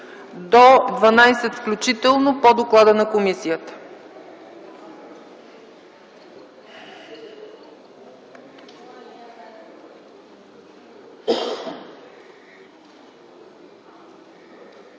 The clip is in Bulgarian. до 12 включително по доклада на комисията.